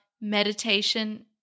meditation